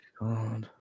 God